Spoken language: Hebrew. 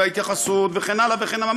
ההתייחסות וכן הלאה וכן הלאה.